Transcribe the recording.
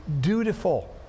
dutiful